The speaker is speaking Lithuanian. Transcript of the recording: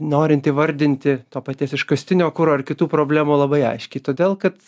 norint įvardinti to paties iškastinio kuro ar kitų problemų labai aiškiai todėl kad